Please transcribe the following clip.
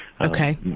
Okay